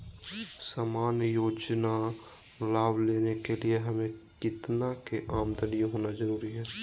सामान्य योजना लाभ लेने के लिए हमें कितना के आमदनी होना जरूरी है?